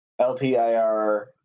LTIR